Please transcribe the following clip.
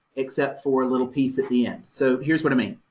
except for a little piece at the end. so here's what i mean.